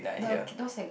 the those that